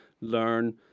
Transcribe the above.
learn